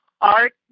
art